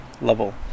level